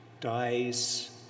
dies